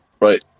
Right